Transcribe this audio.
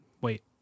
wait